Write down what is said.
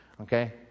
okay